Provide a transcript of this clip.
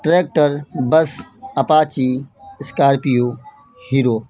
tractor bus apache scorpio hero